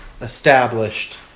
Established